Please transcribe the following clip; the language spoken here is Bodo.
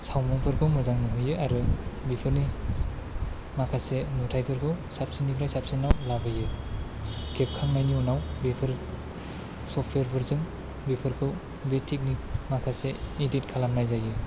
सावमुंफोरखौ मोजां नुहोयो आरो बेफोरनि माखासे नुथाइफोरखौ साबसिननिफ्राय साबसिनाव लाबोयो खेबखांनायनि उनाव बेफोर सफ्टवेर फोरजों बेफोरखौ बे थेकनिक माखासे इदिट खालामनाय जायो